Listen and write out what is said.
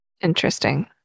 Interesting